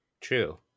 true